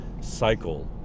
cycle